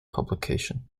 publication